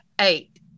eight